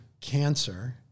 cancer